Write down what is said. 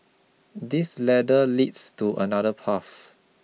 this ladder leads to another path